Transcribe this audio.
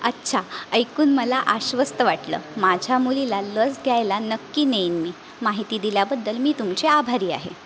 अच्छा ऐकून मला आश्वस्त वाटलं माझ्या मुलीला लस घ्यायला नक्की नेईन मी माहिती दिल्याबद्दल मी तुमचे आभारी आहे